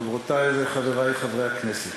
תודה, חברותי וחברי חברי הכנסת,